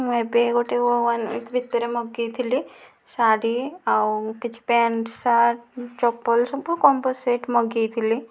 ମୁଁ ଏବେ ଗୋଟିଏ ୱାନ ୱିକ୍ ଭିତରେ ମାଗେଇଥିଲି ଶାଢ଼ୀ ଆଉ କିଛି ପ୍ୟାଣ୍ଟ ସାର୍ଟ ଚପଲ ସବୁ କୋମ୍ବୋ ସେଟ ମଗେଇଥିଲି